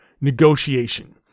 negotiation